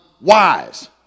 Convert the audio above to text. wise